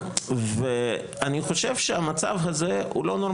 אני סייגתי את עצמי, אני לא מדבר